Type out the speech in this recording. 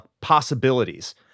possibilities